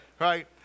Right